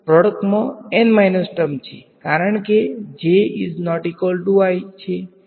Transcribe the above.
પ્રોડક્ટમા N 1 term છે કારણ કે